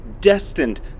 destined